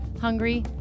hungry